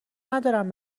ندارم